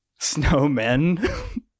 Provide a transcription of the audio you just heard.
Snowmen